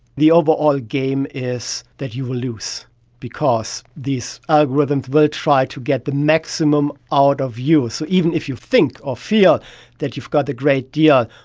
the overall game is that you will lose because these algorithms will try to get the maximum out of you. so even if you think or feel that you've got a great deal,